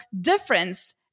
difference